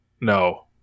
No